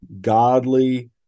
godly